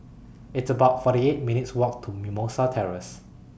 It's about forty eight minutes' Walk to Mimosa Terrace